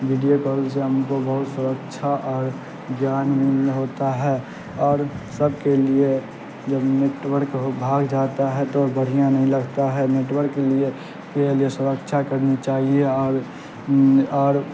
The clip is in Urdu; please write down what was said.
ویڈیو کال سے ہم کو بہت سرکچھا اور گیان ہوتا ہے اور سب کے لیے جب نیٹورک بھاگ جاتا ہے تو بڑھیا نہیں لگتا ہے نیٹورک لیے کے لیے سرکچھا کرنی چاہیے اور اور